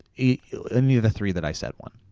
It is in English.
yeah any of the three that i said won.